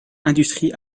industrie